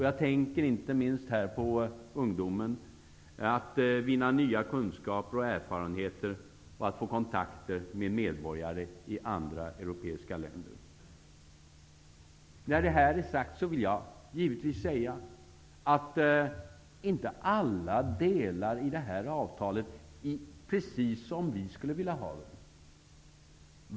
Jag tänker i detta sammanhang inte minst på ungdomars möjligheter att vinna nya kunskaper och erfarenheter och att få kontakter med medborgare i andra europeiska länder. När detta är sagt vill jag givetvis säga att inte alla delar i detta avtal är precis som vi skulle vilja ha dem.